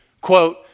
Quote